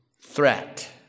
threat